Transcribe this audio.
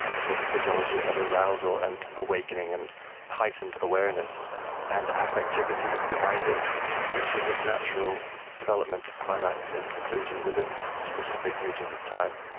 so the physiology of arousal and awakening and heightened awareness and affectivity behind it reaches this natural development climax and conclusion within specific regions of time,